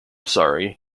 sorry